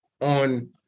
on